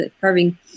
carving